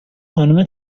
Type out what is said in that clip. خانم